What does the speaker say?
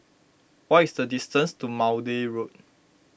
what is the distance to Maude Road